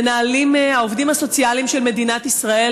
מנהלים העובדים הסוציאליים של מדינת ישראל